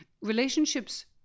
relationships